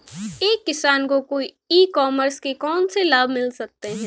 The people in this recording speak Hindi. एक किसान को ई कॉमर्स के कौनसे लाभ मिल सकते हैं?